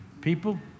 People